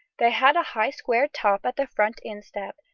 they had a high square top at the front instep,